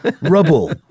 rubble